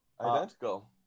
Identical